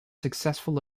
successful